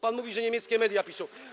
Pan mówi, że niemieckie media piszą.